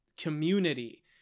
community